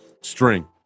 string